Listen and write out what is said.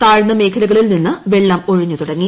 താഴ്ന്ന മേഖലകളിൽ നിന്ന് വെളളം ഒഴിഞ്ഞു തുടങ്ങി